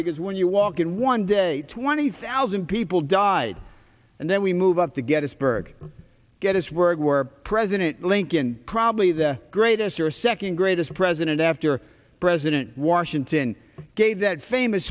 because when you walk in one day twenty eighth thousand people died and then we move up the gettysburg get us work where president lincoln probably the greatest or second greatest president after president washington gave that famous